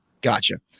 Gotcha